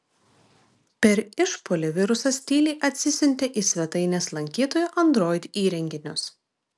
per išpuolį virusas tyliai atsisiuntė į svetainės lankytojų android įrenginius